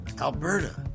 Alberta